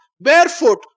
barefoot